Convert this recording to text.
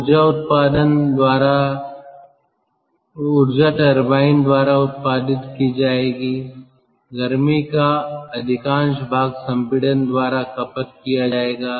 जो ऊर्जा टरबाइन द्वारा उत्पादित की जाएगी गर्मी का अधिकांश भाग संपीड़न द्वारा खपत किया जाएगा